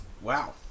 wow